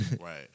Right